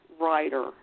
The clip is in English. Writer